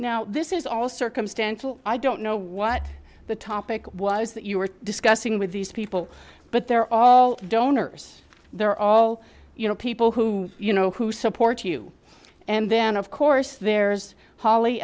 now this is all circumstantial i don't know what the topic was that you were discussing with these people but they're all donors they're all you know people who you know who support you and then of course there's h